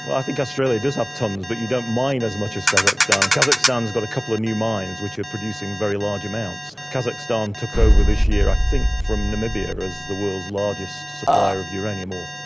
but i think australia does have tonnes but you don't mine as much as kazakhstan. and kazakhstan has got a couple of new mines which are producing very large amounts. kazakhstan took over this year i think from namibia as the world's largest supplier of uranium ore.